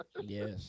Yes